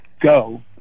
go